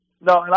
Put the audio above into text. No